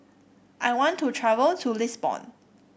I want to travel to Lisbon